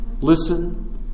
Listen